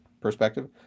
perspective